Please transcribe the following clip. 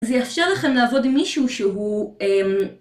זה יאפשר לכם לעבוד עם מישהו שהוא